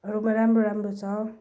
हरूमा राम्रो राम्रो छ